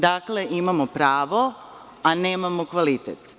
Dakle, imamo pravo, a nemamo kvalitet.